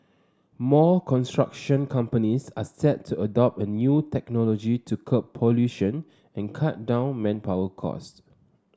more construction companies are set to adopt a new technology to curb pollution and cut down on manpower costs